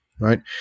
right